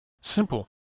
Simple